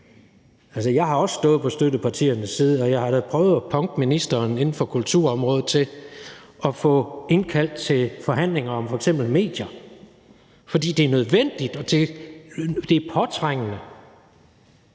Jeg har også stået på støttepartiernes side, og jeg har da prøvet at punke ministeren inden for kulturområdet til at få indkaldt til forhandlinger om f.eks. medier, fordi det er nødvendigt og det er påtrængende.